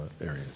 areas